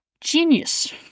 Genius